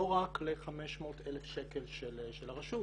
לא רק ל-500,000 שקל של הרשות.